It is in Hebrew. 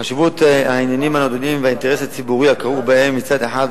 חשיבות העניינים הנדונים והאינטרס הציבורי הכרוך בהם מצד אחד,